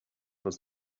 was